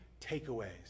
takeaways